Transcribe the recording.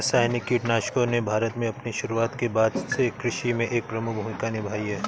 रासायनिक कीटनाशकों ने भारत में अपनी शुरूआत के बाद से कृषि में एक प्रमुख भूमिका निभाई हैं